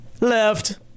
Left